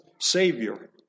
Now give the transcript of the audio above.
Savior